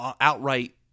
outright